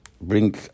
bring